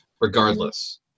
regardless